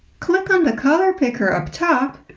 click on the color picker up top